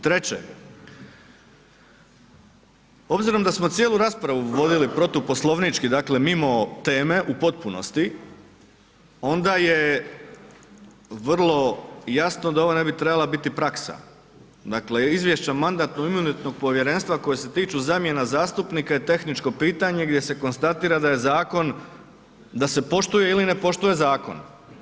Treće, obzirom da smo cijelu raspravu vodili protuposlovnički, dakle mimo teme u potpunosti, onda je vrlo jasno da ovo ne bi trebala biti praksa, dakle izvješće Mandatno-imunitetnog povjerenstva koje se tiču zamjena zastupnika je tehničko pitanje gdje se konstatira da je zakon, da se poštuje ili ne poštuje zakon.